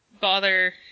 bother